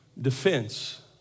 defense